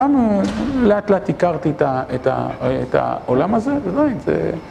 לאט לאט הכרתי את העולם הזה